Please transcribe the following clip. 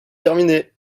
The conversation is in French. terminé